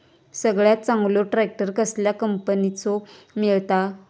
सगळ्यात चांगलो ट्रॅक्टर कसल्या कंपनीचो मिळता?